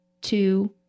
two